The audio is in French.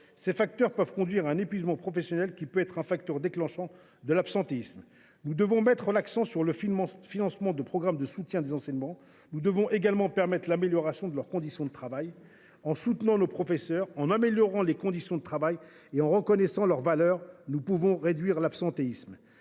Ces facteurs peuvent conduire à un épuisement professionnel, facteur déclenchant de l’absentéisme. Nous devons mettre l’accent sur le financement de programmes de soutien des enseignants. Nous devons également permettre l’amélioration de leurs conditions de travail. En soutenant nos professeurs, en améliorant leurs conditions de travail et en reconnaissant leur valeur, nous pouvons réduire l’absentéisme.